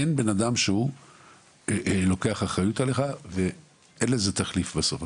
אין בן אדם שהוא לוקח אחריות עליך ואין לזה תחליף בסוף.